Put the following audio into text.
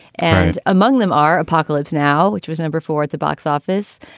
and among them are apocalypse now, which was number four at the box office.